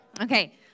Okay